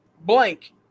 blank